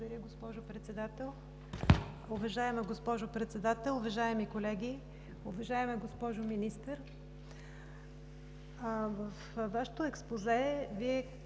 Уважаема госпожо Председател, уважаеми колеги! Уважаема госпожо Министър, във Вашето експозе Вие